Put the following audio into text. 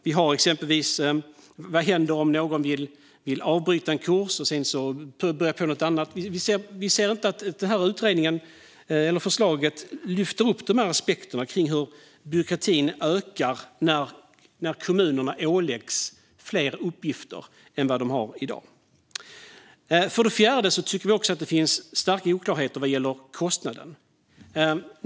Vad händer exempelvis om någon vill avbryta en kurs och börja på något annat? Vi ser inte att förslaget lyfter upp de aspekterna om hur byråkratin ökar när kommunerna åläggs fler uppgifter än vad de har i dag. För det fjärde tycker vi också att det finns stora oklarheter vad gäller kostnaden.